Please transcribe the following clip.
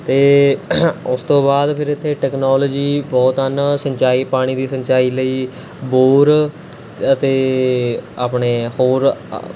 ਅਤੇ ਉਸ ਤੋਂ ਬਾਅਦ ਫਿਰ ਇੱਥੇ ਟੈਕਨੋਲਜੀ ਬਹੁਤ ਹਨ ਸਿੰਚਾਈ ਪਾਣੀ ਦੀ ਸਿੰਚਾਈ ਲਈ ਬੋਰ ਅਤੇ ਆਪਣੇ ਹੋਰ